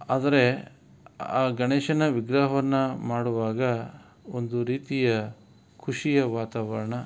ಆದರೆ ಆ ಗಣೇಶನ ವಿಗ್ರಹವನ್ನು ಮಾಡುವಾಗ ಒಂದು ರೀತಿಯ ಖುಷಿಯ ವಾತಾವರಣ